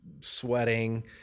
sweating